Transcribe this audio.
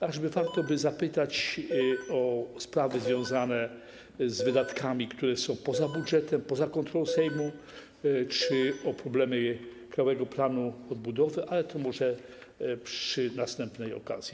Tak że by warto zapytać o sprawy związane z wydatkami, które są poza budżetem, poza kontrolą Sejmu czy o problemy Krajowego Planu Odbudowy, ale to może przy następnej okazji.